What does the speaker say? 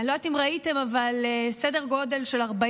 אני לא יודעת אם ראיתם, אבל סדר גודל של 40%